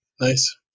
nice